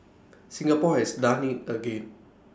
Singapore has done IT again